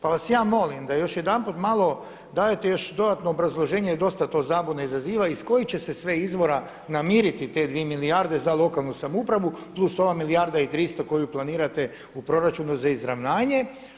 Pa vas ja molim da još jedanput malo dadete još dodatno obrazloženje jer dosta to zabune izaziva iz kojih će se sve izvora namiriti te dvije milijarde za lokalnu samoupravu plus ova milijarda i tristo koju planirate u proračunu za izravnanje.